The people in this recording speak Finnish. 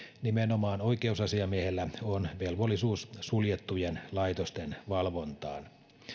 nimenomaan oikeusasiamiehellä on velvollisuus suljettujen laitosten valvontaan